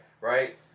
right